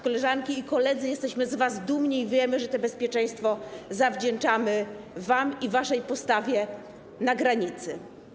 Koleżanki i koledzy, jesteśmy z was dumni i wiemy, że to bezpieczeństwo zawdzięczamy wam i waszej postawie na granicy.